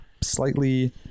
slightly